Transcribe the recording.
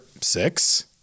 six